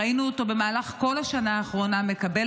ראינו אותו במהלך כל השנה האחרונה מקבל